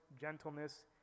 gentleness